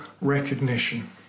recognition